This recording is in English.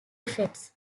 effects